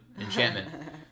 Enchantment